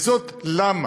וזאת למה?